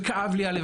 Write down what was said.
וכאב לי הלב,